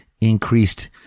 increased